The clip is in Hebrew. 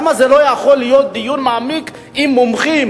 למה לא יכול להיות דיון מעמיק עם מומחים,